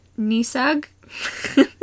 Nisag